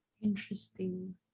Interesting